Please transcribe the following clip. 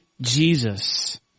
Jesus